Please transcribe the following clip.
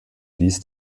dies